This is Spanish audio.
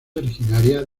originaria